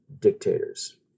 dictators